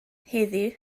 heddiw